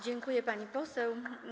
Dziękuję, pani poseł.